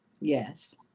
yes